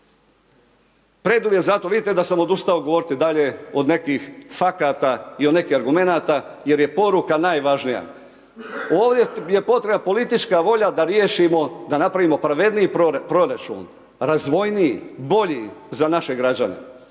Preduvjet zato, vidite da se odustao govoriti dalje od nekih fakata i od nekih argumenata jer je poruka najvažnija, ovdje je potrebna politička volja da napravimo pravedniji proračun, razvojniji, bolji za naše građane,